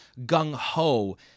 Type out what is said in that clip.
gung-ho